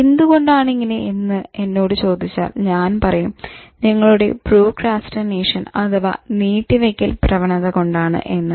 എന്തുകൊണ്ടാണിങ്ങനെ എന്ന് എന്നോട് ചോദിച്ചാൽ ഞാൻ പറയും നിങ്ങളുടെ "പ്രോക്രാസ്റ്റിനേഷൻ" അഥവാ "നീട്ടിവയ്ക്കൽ" പ്രവണത കൊണ്ടാണ് എന്ന്